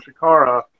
Shikara